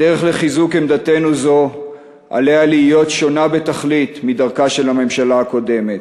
על הדרך לחיזוק עמדתנו זו להיות שונה בתכלית מדרכה של הממשלה הקודמת.